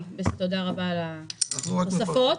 תודה רבה על התוספות.